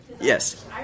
Yes